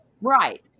Right